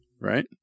Right